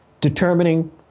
determining